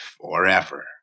forever